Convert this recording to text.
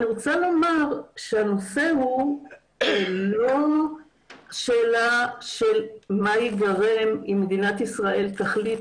אני רוצה לומר שהנושא הוא לא השאלה של מה יגרם אם מדינת ישראל תחליט,